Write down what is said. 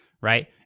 right